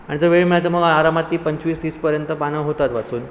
आणि जर वेळ मिळा तर मग आरामात ती पंचवीस तीसपर्यंत पानं होतात वाचून